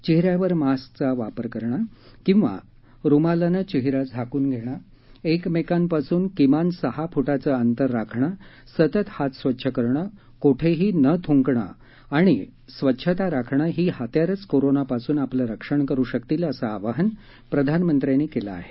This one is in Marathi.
चेहऱ्यावर मास्कचा वापर करणे किंवा रुमालाने चेहरा झाकून घेणे एकमेकांपासून किमान सहा फुटाचे अंतर राखणे सतत हात स्वच्छ करणे कोठेही न थुंकणे आणि आणि स्वच्छता राखणे ही हत्यारेच कोरोनापासून आपले रक्षण करू शकतील असे आवाहन प्रधानमंत्र्यांनी केले आहे